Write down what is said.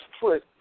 put